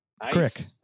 Crick